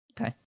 Okay